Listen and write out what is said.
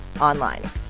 online